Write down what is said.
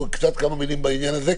כמה מילים בעניין הזה,